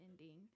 ending